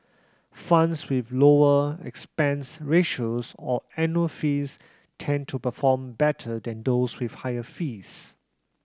funds with lower expense ratios or annual fees tend to perform better than those with higher fees